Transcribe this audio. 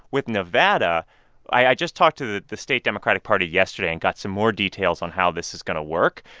with nevada i just talked to the the state democratic party yesterday and got some more details on how this is going to work.